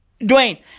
Dwayne